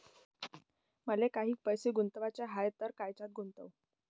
मले काही पैसे गुंतवाचे हाय तर कायच्यात गुंतवू?